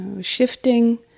shifting